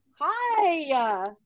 Hi